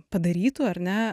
padarytų ar ne